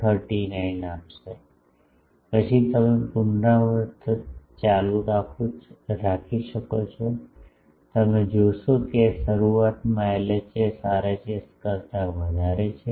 5539 આપશે પછી તમે પુનરાવર્તન કરવાનું ચાલુ રાખો છો તમે જોશો કે શરૂઆતમાં એલએચએસ આરએચએસ કરતા વધારે છે